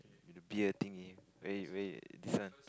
the beer thingy where very very this one